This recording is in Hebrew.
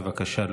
בבקשה,